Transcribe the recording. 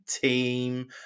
team